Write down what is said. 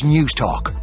Newstalk